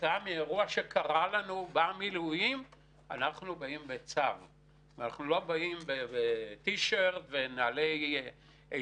כשהבעל נמצא בשירות מילואים של 5 ימים ומעלה,